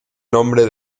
nombre